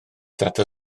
data